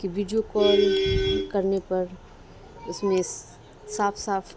کہ video call کرنے پر اس میں صاف صاف